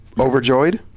Overjoyed